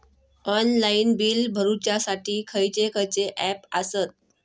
Online bill भरुच्यासाठी खयचे खयचे ऍप आसत?